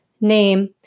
name